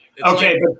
Okay